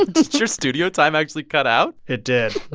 did your studio time actually cut out? it did